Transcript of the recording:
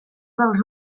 dels